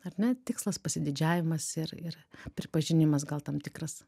ar ne tikslas pasididžiavimas ir ir pripažinimas gal tam tikras